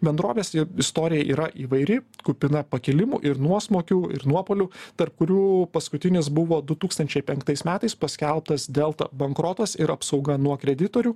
bendrovės istorija yra įvairi kupina pakilimų ir nuosmukių ir nuopuolių tarp kurių paskutinis buvo du tūkstančiai penktais metais paskelbtas delta bankrotas ir apsauga nuo kreditorių